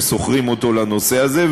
ששוכרים אותו לנושא הזה,